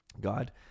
God